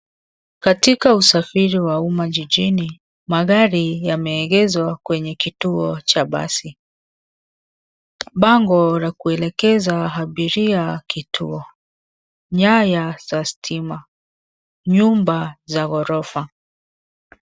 Katika usafiri wa uma jijjini magari yameegeshwa kwenye kituo cha basi. Bango la kuelekeza abiria kituo. Nyaya za stima, nyumba za gorofa.